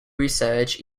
research